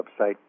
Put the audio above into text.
website